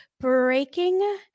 breaking